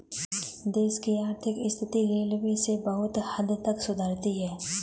देश की आर्थिक स्थिति रेलवे से बहुत हद तक सुधरती है